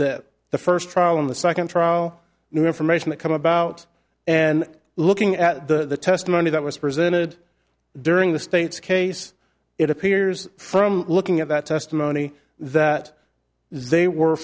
that the first trial in the second trial new information that come about and looking at the testimony that was presented during the state's case it appears from looking at that testimony that they were